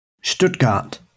Stuttgart